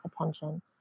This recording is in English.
attention